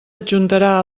adjuntarà